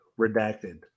redacted